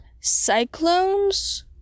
cyclones